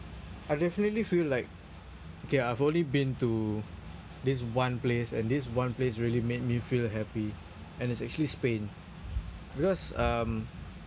I definitely feel like okay I've only been to this one place and this one place really made me feel happy and it's actually Spain because um